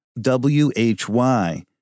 W-H-Y